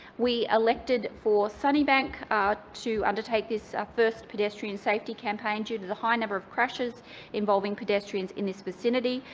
we elected for sunnybank to undertake this first pedestrian safety campaign, due to the high number of crashes involving pedestrians in this vicinity,